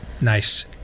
Nice